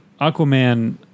Aquaman